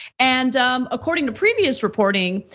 and according to previous reporting,